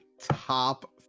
top